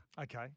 Okay